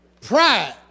pride